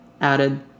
added